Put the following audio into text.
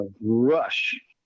rush